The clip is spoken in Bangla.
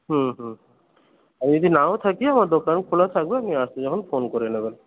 হুম হুম আমি যদি নাও থাকি আমার দোকান খোলা থাকবে আপনি আসবেন যখন ফোন করে নেবেন